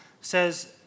says